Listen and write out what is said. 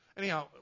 Anyhow